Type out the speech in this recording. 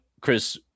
Chris